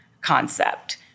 concept